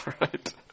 right